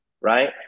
right